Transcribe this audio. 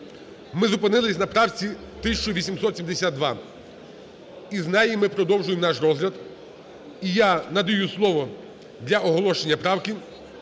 ми зупинились на правці 1872 і з неї ми продовжуємо наш розгляд. І я надаю слово для оголошення правки